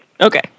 Okay